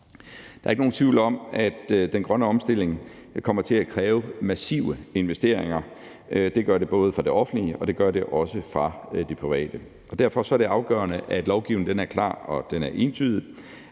Der er ikke nogen tvivl om, at den grønne omstilling kommer til at kræve massive investeringer. Det gør den både fra det offentliges og det privates side. Derfor er det afgørende, at lovgivningen er klar, og at den